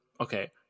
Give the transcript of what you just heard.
Okay